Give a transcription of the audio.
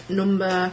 number